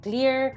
Clear